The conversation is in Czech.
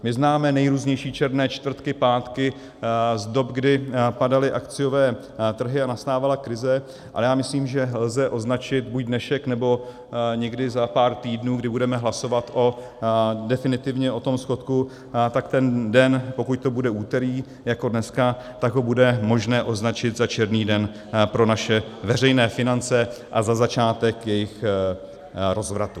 My známe nejrůznější černé čtvrtky, pátky z doby, kdy padaly akciové trhy a nastávala krize, ale já myslím, že lze označit buď dnešek, nebo někdy za pár týdnů, kdy budeme hlasovat definitivně o tom schodku, tak ten den, pokud to bude úterý jako dneska, tak ho bude možné označit za černý den pro naše veřejné finance a za začátek jejich rozvratu.